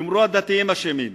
יאמרו: הדתיים אשמים,